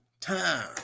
time